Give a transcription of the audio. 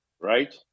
right